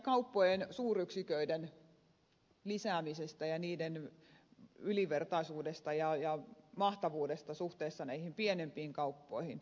kauppojen suuryksiköiden lisäämisestä ja niiden ylivertaisuudesta ja mahtavuudesta suhteessa näihin pienempiin kauppoihin